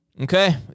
Okay